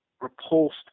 repulsed